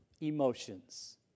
emotions